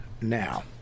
now